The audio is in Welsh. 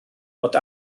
bod